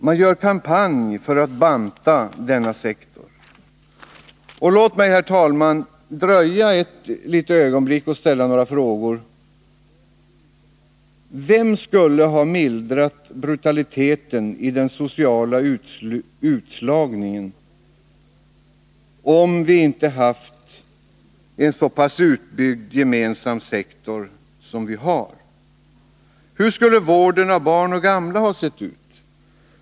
Man gör kampanj för att banta denna sektor. Låt mig, herr talman, dröja ett litet ögonblick och ställa några frågor: Vem skulle ha mildrat brutaliteten i den sociala utslagningen, om vi inte hade haft en så pass utbyggd gemensam sektor som vi har? Hur skulle vården av barn och gamla ha sett ut?